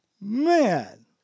man